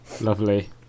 Lovely